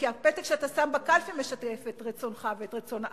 כי הפתק שאתה שם בקלפי משקף את רצונך ואת רצון העם.